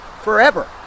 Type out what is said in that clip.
forever